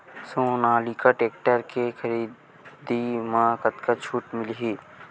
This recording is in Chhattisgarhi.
सोनालिका टेक्टर के खरीदी मा कतका छूट मीलही?